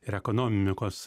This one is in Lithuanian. ir ekonomikos